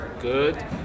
good